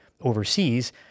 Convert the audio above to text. overseas